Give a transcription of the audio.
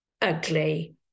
ugly